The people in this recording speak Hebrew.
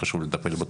וחשוב לטפל בו.